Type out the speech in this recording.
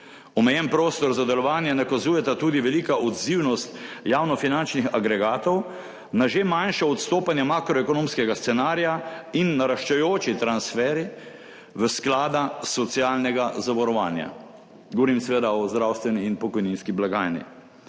Omejen prostor za delovanje nakazujeta tudi velika odzivnost javnofinančnih agregatov na že manjša odstopanja makroekonomskega scenarija in naraščajoči transferji v sklada socialnega zavarovanja. Govorim seveda o zdravstveni in pokojninski blagajni.